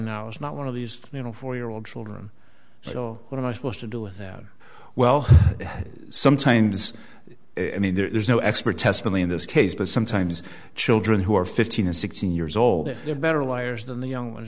now is not one of these you know four year old children so what am i supposed to do well sometimes i mean there's no expert testimony in this case but sometimes children who are fifteen or sixteen years old they're better liars than the young ones